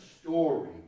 story